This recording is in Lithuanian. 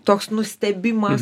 toks nustebimas